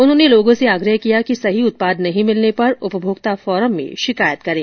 उन्होंने लोगों से आग्रह किया कि सही उत्पाद नहीं मिलने पर उपभोक्ता फोरम में शिकायत करे